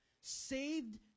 Saved